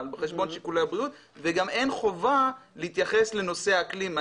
בחשבון שיקולי הבריאות וגם אין חובה להתייחס לנושא האקלים.